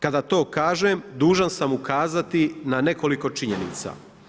Kada to kažem, dužan sam ukazati na nekoliko činjenica.